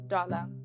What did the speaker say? Dollar